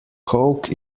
coke